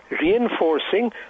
reinforcing